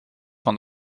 van